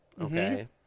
okay